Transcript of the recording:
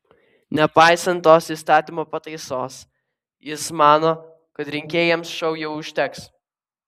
nepaisant tos įstatymo pataisos jis mano kad rinkėjams šou jau užteks